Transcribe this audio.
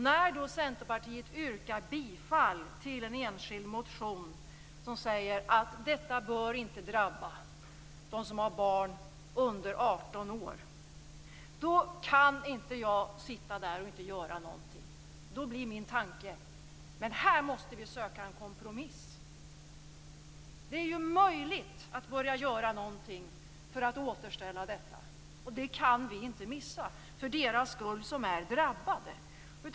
När då Centerpartiet yrkar bifall till en enskild motion som säger att detta inte bör drabba dem som har barn under 18 år kan inte jag bara sitta där och inte göra någonting. Då blir min tanke: Här måste vi söka en kompromiss! Det är ju möjligt att börja göra någonting för att återställa detta, och det kan vi inte missa - för deras skull som är drabbade.